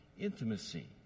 intimacy